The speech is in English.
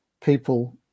people